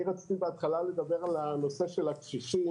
רציתי בהתחלה לדבר על הנושא של הקשישים